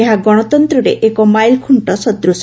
ଏହା ଗଣତନ୍ତରେ ଏକ ମାଇଲ୍ ଖୁଣ୍ଟ ସଦୂଶ